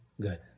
Good